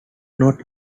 not